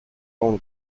own